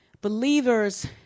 believers